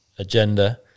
Agenda